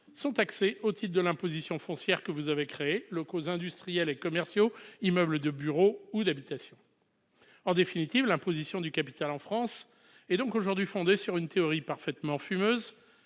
sont taxés au titre de l'imposition foncière que vous avez créée : il s'agit des locaux industriels et commerciaux, des immeubles de bureaux ou d'habitation. En définitive, l'imposition du capital en France est donc aujourd'hui fondée sur une théorie parfaitement fumeuse